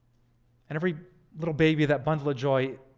and every little baby, that bundle of joy,